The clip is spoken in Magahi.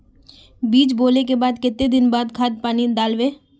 बीज बोले के बाद केते दिन बाद खाद पानी दाल वे?